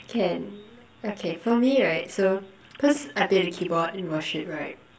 can okay for me right so cause I play the keyboard in worship right